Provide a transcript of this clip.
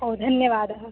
ओ धन्यवादः